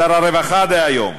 שר הרווחה דהיום.